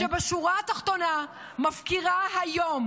זאת הממשלה שבשורה התחתונה מפקירה היום